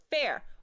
Fair